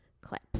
clip